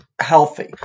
healthy